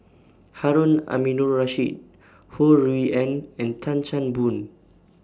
Harun Aminurrashid Ho Rui An and Tan Chan Boon